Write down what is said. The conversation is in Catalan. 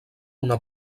una